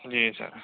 جی سر